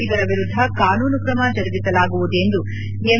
ಇದರ ವಿರುದ್ಧ ಕಾನೂನು ಕ್ರಮ ಜರುಗಿಸಲಾಗುವುದು ಎಂದು ಎಂ